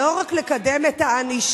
לא רק לקדם את הענישה,